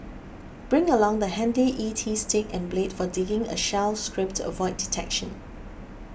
bring along the handy E T stick and blade for digging a shell scrape to avoid detection